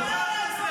קרב.